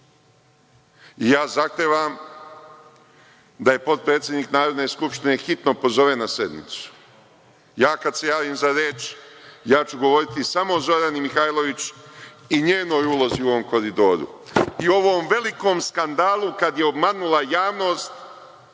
Ja zahtevam da je potpredsednik Narodne skupštine hitno pozove na sednicu. Ja kada se javim za reč govoriću samo o Zorani Mihajlović i njenoj ulozi u ovom Koridoru i ovom velikom skandalu, kada je obmanula javnost,